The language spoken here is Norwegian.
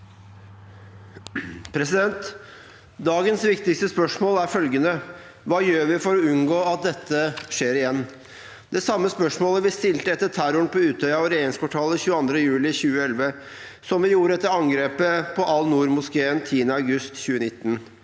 Dagens viktigste spørsmål er følgende: Hva gjør vi for å unngå at dette skjer igjen? Det er det samme spørsmålet vi stilte etter terroren på Utøya og i regjeringskvartalet 22. juli 2011, og som vi gjorde etter angrepet på Al-Noor-moskeen 10. august 2019.